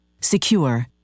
secure